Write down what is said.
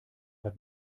hat